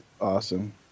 awesome